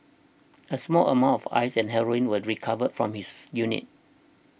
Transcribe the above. a small amount of Ice and heroin were recovered from his unit